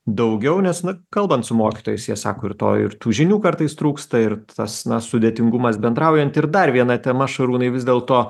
daugiau nes na kalbant su mokytojais jie sako ir to ir tų žinių kartais trūksta ir tas na sudėtingumas bendraujant ir dar viena tema šarūnai vis dėlto